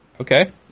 Okay